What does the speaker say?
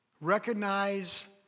Recognize